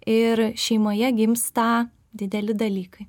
ir šeimoje gimsta dideli dalykai